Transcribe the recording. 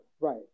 Right